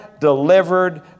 delivered